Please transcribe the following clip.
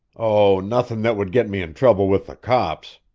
oh, nothin' that would get me in trouble with the cops!